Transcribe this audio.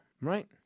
right